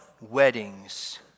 weddings